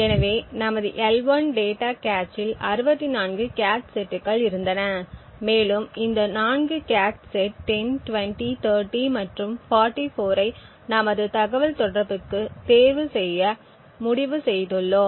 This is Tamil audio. எனவே நமது L1 டேட்டா கேச்சில் 64 கேச் செட்டுகள் இருந்தன மேலும் இந்த 4 கேச் செட் 10 20 30 மற்றும் 44 ஐ நமது தகவல்தொடர்புக்கு தேர்வு செய்ய முடிவு செய்துள்ளோம்